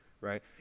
right